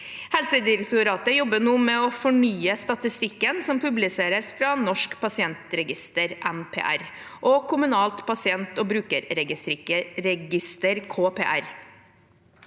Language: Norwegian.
Helsedirektoratet jobber nå med å fornye statistikken som publiseres fra Norsk pasientregister, NPR, og Kommunalt pasient- og brukerregister, KPR.